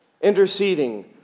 interceding